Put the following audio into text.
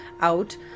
out